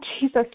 Jesus